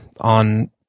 On